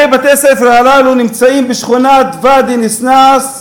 הרי בתי-הספר הללו נמצאים בשכונת ואדי-ניסנס,